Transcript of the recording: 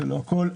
לא הכול.